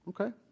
okay